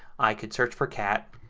i could search for cat.